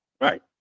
Right